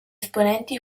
esponenti